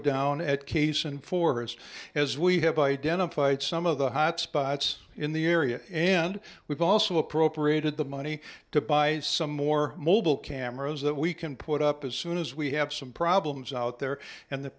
down at case and forest as we have identified some of the hot spots in the area and we've also appropriated the money to buy some more mobile cameras that we can put up as soon as we have some problems out there and the